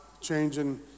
changing